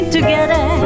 Together